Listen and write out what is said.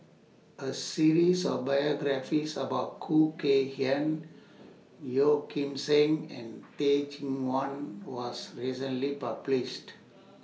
A series of biographies about Khoo Kay Hian Yeo Kim Seng and Teh Cheang Wan was recently published